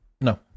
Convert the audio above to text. No